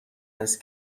است